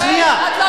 שנייה,